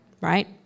right